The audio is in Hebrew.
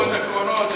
הקרונות,